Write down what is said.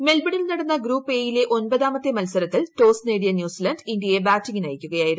മെൽബണിൽ നടന്ന group A യിലെ ഒമ്പതാമത്തെ മത്സരത്തിൽ ടോസ് നേടിയ ന്യൂസിലന്റ് ഇന്ത്യയെ ബാറ്റിംഗിന് അയയ്ക്കുകയായിരുന്നു